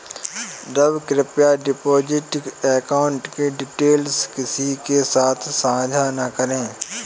रवि, कृप्या deposit account की details किसी के साथ सांझा न करें